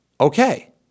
Okay